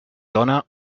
dóna